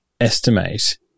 estimate